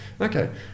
Okay